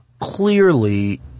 clearly